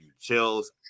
chills